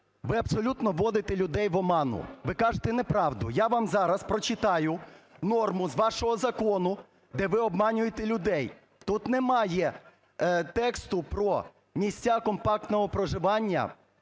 ви абсолютно вводите людей в оману, ви кажете неправду. Я вам зараз прочитаю норму з вашого закону, де ви обманюєте людей. Тут немає тексту про місця компактного проживання